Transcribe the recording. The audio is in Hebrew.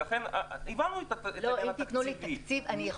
ולכן הבנו את העניין התקציבי.